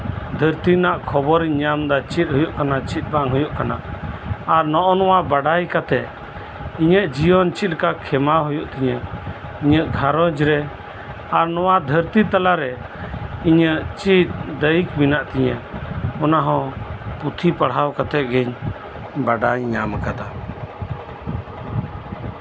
ᱫᱷᱟᱹᱨᱛᱤ ᱨᱮᱭᱟᱜ ᱠᱷᱚᱵᱚᱨ ᱤᱧ ᱧᱟᱢᱫᱟ ᱪᱮᱫ ᱦᱩᱭᱩᱜ ᱠᱟᱱᱟ ᱪᱮᱫ ᱵᱟᱝ ᱟᱨ ᱱᱚᱜᱼᱚ ᱱᱚᱣᱟ ᱵᱟᱰᱟᱭ ᱠᱟᱛᱮᱜ ᱤᱧᱟᱹᱜ ᱡᱤᱭᱚᱱ ᱪᱮᱫᱠᱟ ᱠᱷᱮᱢᱟᱣ ᱦᱩᱭᱩᱜ ᱛᱤᱧᱟ ᱤᱧᱟᱹᱜ ᱜᱷᱟᱨᱚᱸᱧᱡᱽ ᱨᱮ ᱫᱷᱟᱹᱨᱛᱤ ᱛᱟᱞᱟᱨᱮ ᱤᱧᱟᱹᱜ ᱪᱮᱫ ᱫᱟᱹᱭᱤ ᱢᱮᱱᱟᱜ ᱛᱤᱧᱟ ᱚᱱᱟᱦᱚᱸ ᱯᱩᱛᱷᱤ ᱯᱟᱲᱦᱟᱣ ᱠᱟᱛᱮᱜ ᱜᱮᱧ ᱵᱟᱰᱟᱭ ᱧᱟᱢ ᱠᱟᱫᱟ